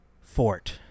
fort